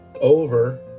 over